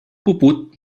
puput